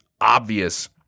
obvious